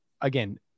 again